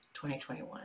2021